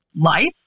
life